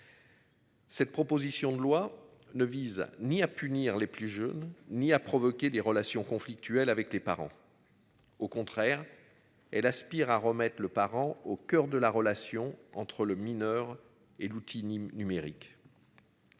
Cette proposition de loi ne vise ni à punir les plus jeunes ni à provoquer des relations conflictuelles avec les parents. Au contraire. Elle aspirent à remettre le parent au coeur de la relation entre le mineur et l'outil Nîmes numérique.